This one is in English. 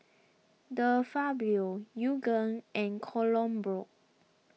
De Fabio Yoogane and Kronenbourg